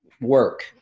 work